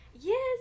Yes